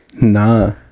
Nah